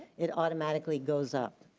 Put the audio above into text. it automatically goes up,